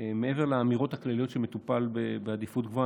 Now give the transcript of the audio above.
מעבר לאמירות הכלליות שזה מטופל בעדיפות גבוהה,